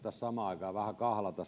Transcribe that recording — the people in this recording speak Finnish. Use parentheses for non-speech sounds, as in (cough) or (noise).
(unintelligible) tässä samaan aikaan vähän kahlata (unintelligible)